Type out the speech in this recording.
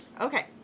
Okay